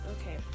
okay